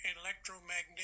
Electromagnetic